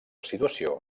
situació